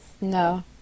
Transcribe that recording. No